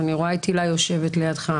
אני רואה את הילה יושבת לידך.